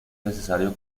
necesario